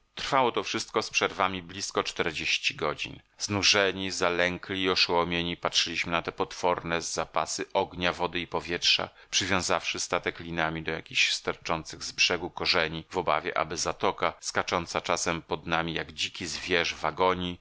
trwało to wszystko z przerwami blizko czterdzieści godzin znużeni zalękli i oszołomieni patrzyliśmy na te potworne zapasy ognia wody i powietrza przywiązawszy statek linami do jakichś sterczących z brzegu korzeni w obawie aby zatoka skacząca czasem pod nami jak dziki